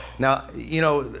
now, you know,